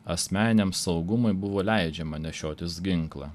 asmeniam saugumui buvo leidžiama nešiotis ginklą